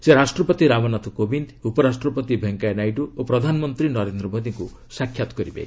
ସେ ରାଷ୍ଟ୍ରପତି ରାମନାଥ କୋବିନ୍ଦ ଉପରାଷ୍ଟ୍ରପତି ଭେଙ୍କେୟା ନାଇଡ଼ୁ ଓ ପ୍ରଧାନମନ୍ତ୍ରୀ ନରେନ୍ଦ୍ର ମୋଦିଙ୍କୁ ସାକ୍ଷାତ୍ କରିବେ